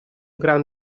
gran